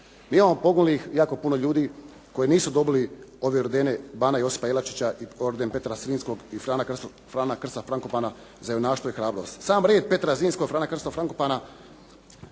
Mi imamo poginulih jako puno ljudi koji nisu dobili ove ordene "Bana Josipa Jelačića" i orden "Petra Zrinskog" i "Frana Krste Frankopana" za junaštvo i hrabrost. Sam red Petra Zrinskog i Frana Krste Frankopana,